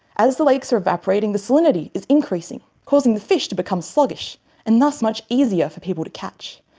as the lakes were evaporating, the salinity is increasing, causing the fish to become sluggish and thus much easier for people to catch.